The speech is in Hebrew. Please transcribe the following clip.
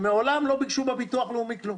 שמעולם לא ביקשו בביטוח הלאומי כלום.